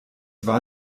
war